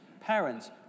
parents